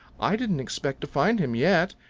i didn't expect to find him yet.